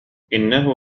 إنه